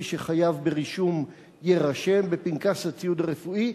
שחייב ברישום יירשם בפנקס הציוד הרפואי,